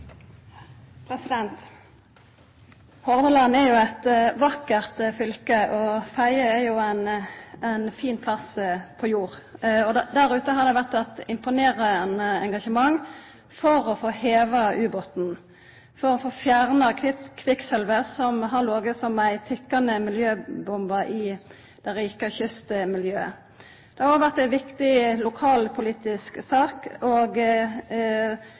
haster. Hordaland er jo eit vakkert fylke, og Fedje er ein fin plass på jorda. Der ute har det vore eit imponerande engasjement for å få heva ubåten og for å få fjerna kviksølvet, som har lege som ei tikkande miljøbombe i det rike kystmiljøet. Det har òg vore ei viktig lokalpolitisk sak, og